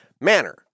manner